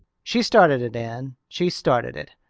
she started it, anne, she started it.